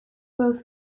both